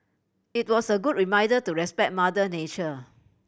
it was a good reminder to respect mother nature